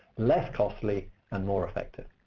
less costly and more effective.